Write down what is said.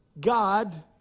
God